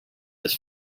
this